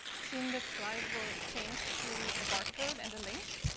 soon, this slide will change to a barcode and a link.